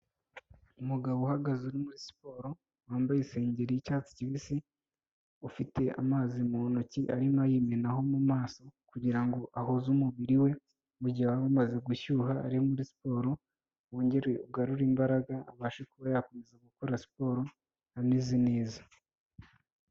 Umugabo uhagaze uri muri siporo wambaye isengeri y'icyatsi kibisi, ufite amazi mu ntoki arimo ayimenaho mu maso, kugira ngo ahoze umubiri we mu gihe wari umaze gushyuha ari muri siporo, wongere ugarure imbaraga abashe kuba yakomeza gukora siporo ameze neza.